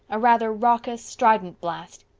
a rather raucous, strident blast.